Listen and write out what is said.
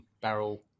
barrel